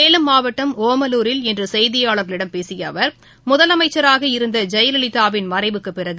சேலம் மாவட்டம் ஒமலூரில் இன்றுசெய்தியாளர்களிடம் பேசியஅவர் முதலமைச்சராக இருந்தஜெயலலிதாவின் மறைவுக்குபிறகு